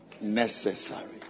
necessary